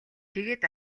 тэгээд